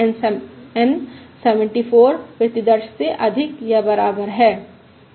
N 74 प्रतिदर्श से अधिक या बराबर है